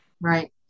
Right